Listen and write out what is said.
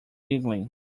giggling